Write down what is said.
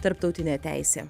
tarptautinė teisė